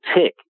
tick